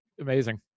amazing